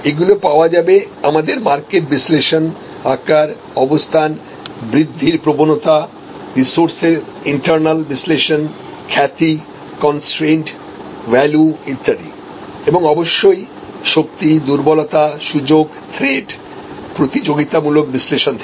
এগুলি পাওয়া যাবে আমাদের মার্কেট বিশ্লেষণ আকার অবস্থান বৃদ্ধির প্রবণতা রিসোর্সেরইন্টারনাল বিশ্লেষণ খ্যাতি কনস্ট্রেইনড ভ্যালু ইত্যাদি এবং অবশ্যই শক্তি দুর্বলতা সুযোগ থ্রেট প্রতিযোগিতামূলক বিশ্লেষণ থেকে